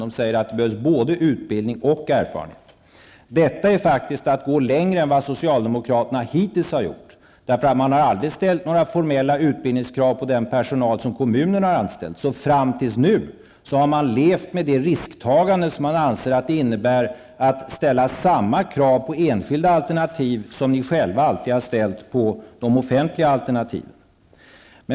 De säger att det behövs både utbildning och erfarenhet. Det är faktiskt att gå längre än vad socialdemokraterna hittills har gjort. Man har aldrig ställt några formella utbildningskrav på den personal som kommunerna har anställt. Fram tills nu har man levt med det risktagande som man anser att det innebär att ställa samma krav på enskilda alternativ som man alltid har ställt på de offentliga alternativen.